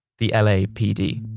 the lapd